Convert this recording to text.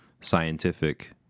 scientific